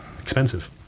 expensive